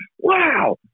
wow